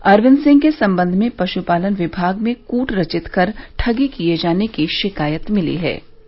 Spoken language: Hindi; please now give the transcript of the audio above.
अरविन्द सिंह के संबंध में पश् पालन विभाग में कूट रचित कर ठगी किये जाने की शिकायत मिली थी